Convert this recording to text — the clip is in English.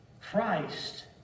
Christ